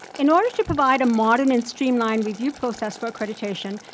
in order to provide a modern and streamlined review process for accreditation,